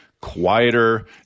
quieter